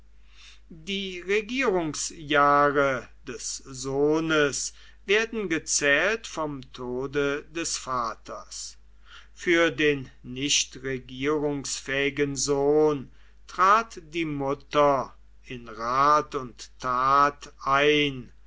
die regierungsjahre des sohnes werden gezählt vom tode des vaters für den nicht regierungsfähigen sohn trat die mutter in rat und tat ein